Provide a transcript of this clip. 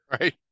Right